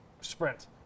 sprint